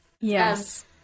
Yes